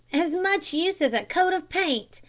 as much use as a coat of paint!